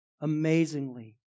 amazingly